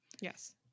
Yes